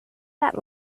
that